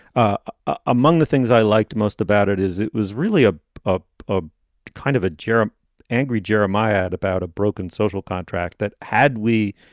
ah among the things i liked most about it is it was really ah a kind of a gereb angry jeremiad about a broken social contract that had we